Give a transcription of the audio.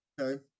okay